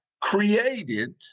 created